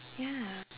ya